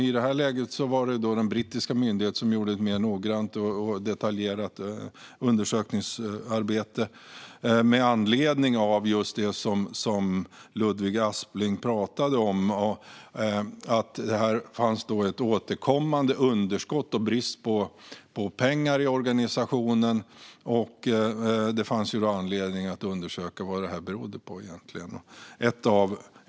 I det här läget var det den brittiska myndigheten som gjorde ett mer noggrant och detaljerat undersökningsarbete med anledning av just det som Ludvig Aspling pratar om. Här fanns återkommande ett underskott och brist på pengar i organisationen, och det fanns anledning att undersöka vad det egentligen berodde på.